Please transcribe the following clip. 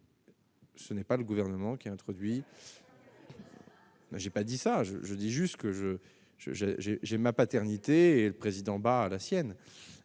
Ce n'est pas le gouvernement qui a introduit. Moi j'ai pas dit ça, je dis juste que je, je, j'ai ma paternité et le président à la sienne